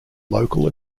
local